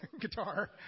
guitar